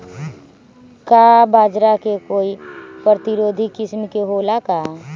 का बाजरा के कोई प्रतिरोधी किस्म हो ला का?